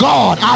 God